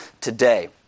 today